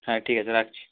হ্যাঁ ঠিক আছে রাখছি